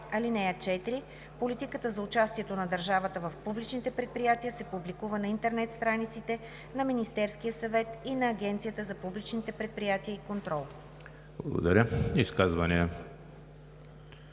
(4) Политиката за участието на държавата в публичните предприятия се публикува на интернет страниците на Министерския съвет и на Агенцията за публичните предприятия и контрол.“